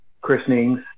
christenings